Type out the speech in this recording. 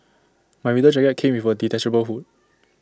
my winter jacket came with A detachable hood